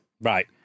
Right